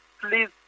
please